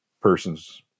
person's